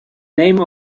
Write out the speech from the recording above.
name